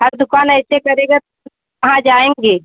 हर दुकान ऐसे करेगा कहाँ जाएँगे